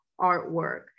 artwork